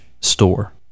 store